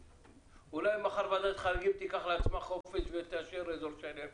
אולי מחר ועדת החריגים תיקח לעצמה חופש ותאשר אזור שלם?